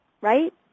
Right